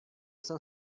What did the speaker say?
jsem